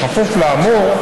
בכפוף לאמור,